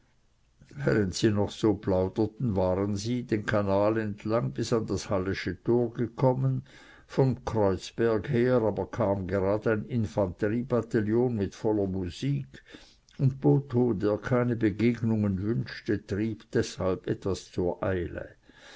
während sie noch so plauderten waren sie den kanal entlang bis an das hallesche tor gekommen vom kreuzberg her aber kam gerad ein infanteriebataillon mit voller musik und botho der keine begegnungen wünschte trieb deshalb etwas zur eile